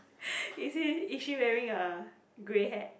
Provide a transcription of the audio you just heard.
is she is she wearing a grey hat